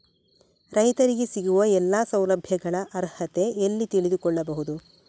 ರೈತರಿಗೆ ಸಿಗುವ ಎಲ್ಲಾ ಸೌಲಭ್ಯಗಳ ಅರ್ಹತೆ ಎಲ್ಲಿ ತಿಳಿದುಕೊಳ್ಳಬಹುದು?